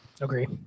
Agree